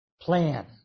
plan